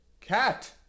Cat